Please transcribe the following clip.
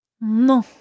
Non